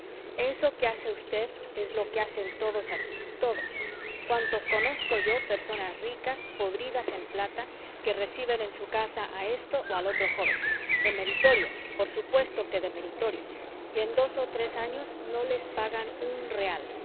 eso que hace usted es lo que hacen todos aquí todos cuántos conozco yo personas ricas podridas en plata que reciben en su casa a ésto o al otro joven de meritorios por supuesto que de meritorios y en dos o tres años no les pagan un real